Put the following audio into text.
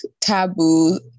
taboo